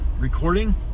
recording